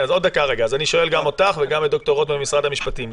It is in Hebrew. שואל גם אותך וגם את ד"ר רוט ממשרד המשפטים,